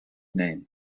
name